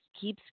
keeps